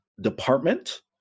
department